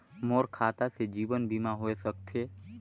मोर खाता से जीवन बीमा होए सकथे?